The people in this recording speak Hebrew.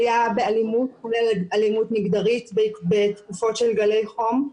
עלייה באלימות כולל אלימות מגדרית בתקופות של גלי חום,